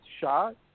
shot